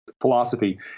philosophy